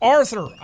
Arthur